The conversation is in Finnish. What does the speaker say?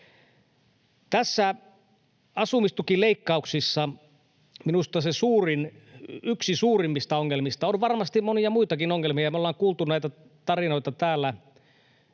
Näissä asumistukileikkauksissa minusta yksi suurimmista ongelmista — on varmasti monia muitakin ongelmia, me ollaan kuultu näitä tarinoita täällä